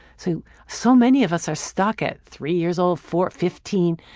so so many of us are stuck at three years old, four, fifteen,